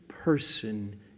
Person